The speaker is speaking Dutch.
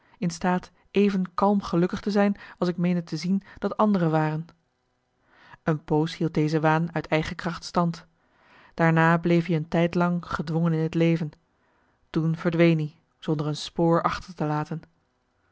in staat even kalm gelukkig te zijn als ik meende te zien dat anderen waren marcellus emants een nagelaten bekentenis een poos hield deze waan uit eigen kracht stand daarna bleef i een tijdlang lang gedwongen in het leven toen verdween i zonder een spoor achter te laten